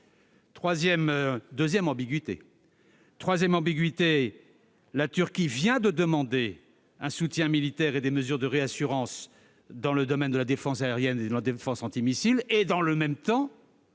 deuxième ambiguïté. En outre, la Turquie vient de demander à l'OTAN un soutien militaire et des mesures de réassurance dans le domaine de la défense aérienne et de la défense antimissile. Dans le même temps,